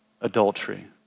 adultery